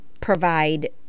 provide